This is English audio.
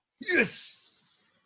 Yes